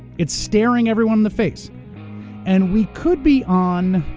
it's staring everyone in the face and we could be on